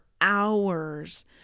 hours